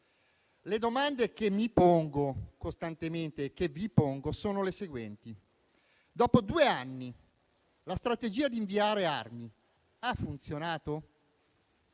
Le domande che mi pongo costantemente e che vi pongo sono le seguenti: dopo due anni, la strategia di inviare armi ha funzionato?